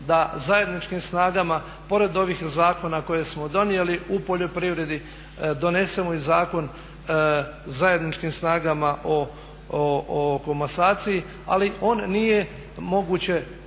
da zajedničkim snagama pored ovih zakona koje smo donijeli u poljoprivredi donesemo i zakon zajedničkim snagama o komasaciji. Ali on nije, moguće